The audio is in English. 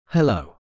Hello